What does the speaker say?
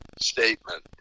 statement